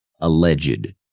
alleged